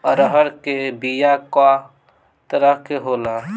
अरहर के बिया कौ तरह के होला?